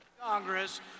Congress